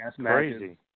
crazy